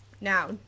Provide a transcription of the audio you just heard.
now